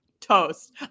toast